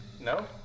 No